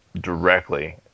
directly